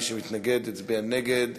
מי שמתנגד יצביע נגד.